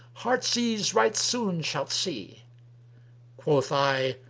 heartsease right soon shalt see quoth i,